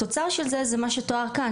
התוצר של זה, זה בעצם מה שתואר כאן.